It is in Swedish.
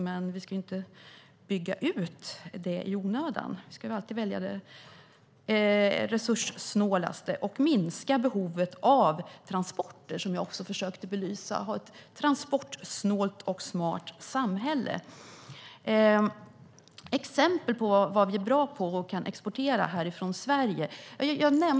Men vi ska inte bygga ut det i onödan utan alltid välja det resurssnålaste och minska behovet av transporter, vilket jag försökte belysa, och ha ett transportsnålt och smart samhälle. Jag nämnde några exempel på vad vi är bra på och kan exportera från Sverige.